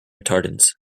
retardants